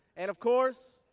and of course,